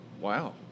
Wow